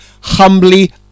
humbly